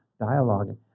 dialoguing